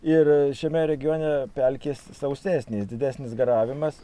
ir šiame regione pelkės sausesnis didesnis garavimas